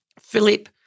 Philip